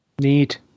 Neat